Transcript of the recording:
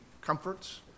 comforts